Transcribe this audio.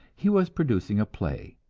he was producing a play,